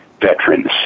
veterans